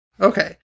Okay